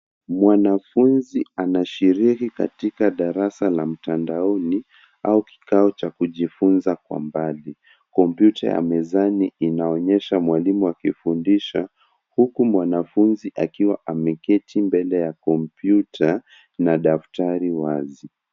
Mwanafunzi anashiriki katika darasa la mtandaoni au kikao cha kujifunza kwa mbali. Kompyuta ya mezani inaonyesha mwalimu akifundisha huku mwanafunzi akiwa ameketi mbele ya kompyuta na daftari wazi.